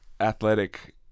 athletic